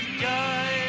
Guys